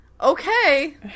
Okay